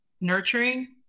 nurturing